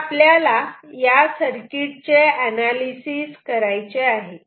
आता आपल्याला या सर्किटचे अनालिसिस करायचे आहे